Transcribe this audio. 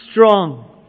strong